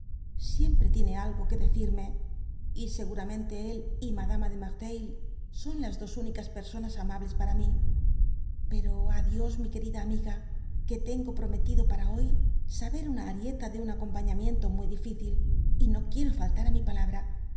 siempre tiene algo que decirme y seguramente él y madama de merteuil son las dos únicas personas amables para mi pero á dios mi querida amiga que tenga prometido para hoy saber una arieta de un acompañamiento muy diñcil y no quiero faltap á mi palabra